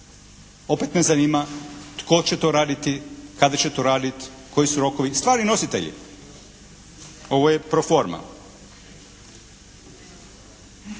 Opet me zanima tko će to raditi, kada će to raditi, koji su rokovi, stvarni nositelji. Ovo je pro forma.